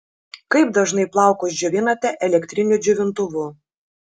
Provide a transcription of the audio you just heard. kaip dažnai plaukus džiovinate elektriniu džiovintuvu